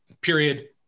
period